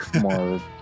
more